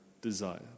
desire